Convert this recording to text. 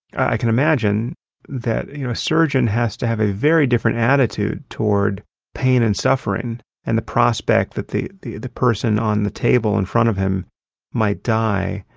i can imagine that you know a surgeon has to have a very different attitude toward pain and suffering and the prospect that the the person on the table in front of him might die,